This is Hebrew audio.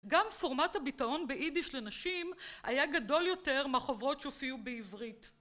גם פורמט הביטאון ביידיש לנשים, היה גדול יותר מהחוברות שהופיעו בעברית.